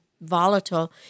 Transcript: volatile